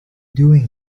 doing